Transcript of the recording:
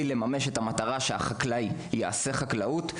שהמטרה היא שהחקלאי יעסוק בחקלאות,